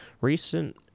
Recent